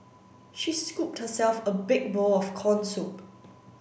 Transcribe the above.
she scooped herself a big bowl of corn soup